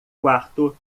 quarto